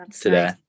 today